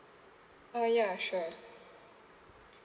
ah ya sure